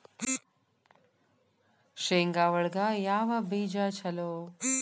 ಶೇಂಗಾ ಒಳಗ ಯಾವ ಬೇಜ ಛಲೋ?